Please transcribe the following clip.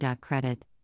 Credit